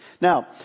Now